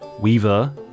Weaver